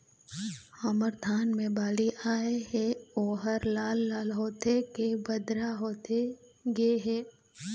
हमर धान मे बाली आए हे ओहर लाल लाल होथे के बदरा होथे गे हे?